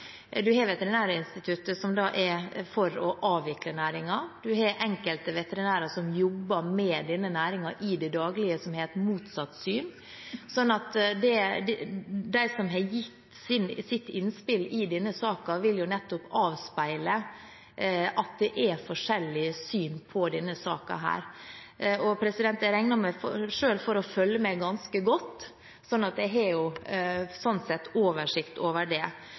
har Veterinærinstituttet som er for å avvikle næringen, og en har enkelte veterinærer som jobber med denne næringen i det daglige, som har motsatt syn. De som har gitt sine innspill i denne saken, vil nettopp avspeile at det er forskjellige syn på denne saken. Jeg regner meg selv for å følge ganske godt med, så jeg har sånn sett oversikt over dette. Men nå synes jeg det